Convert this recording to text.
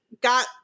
got